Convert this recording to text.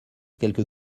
quelques